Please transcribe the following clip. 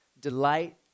delight